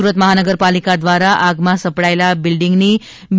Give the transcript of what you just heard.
સુરત મહાનગરપાલિકા દ્વારા આગ માં સપડાયેલા બિલ્ડીંગ ની બી